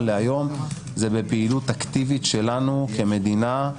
להיום זה בפעילות אקטיבית שלנו כמדינה,